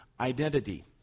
identity